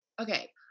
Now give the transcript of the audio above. okay